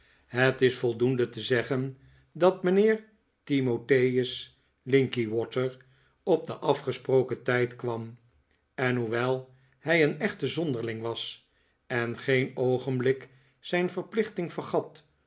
het is voldoende te zeggen dat mijnheer timotheus linkinwater op den afgesproken tijd kwam en hoewel hij een echte zonderling was eii geen oogenblik zijn verplichting vergat